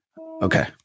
Okay